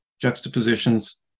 juxtapositions